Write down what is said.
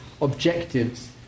objectives